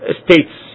states